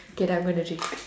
okay then I'm gonna drink